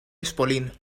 espolín